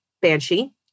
Banshee